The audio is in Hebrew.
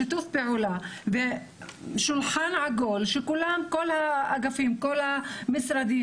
שיתוף פעולה ושולחן עגול שכל האגפים והמשרדים